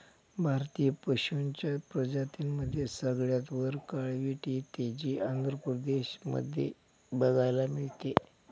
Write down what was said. भारतीय पशूंच्या प्रजातींमध्ये सगळ्यात वर काळवीट येते, जे आंध्र प्रदेश मध्ये बघायला मिळते